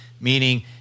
Meaning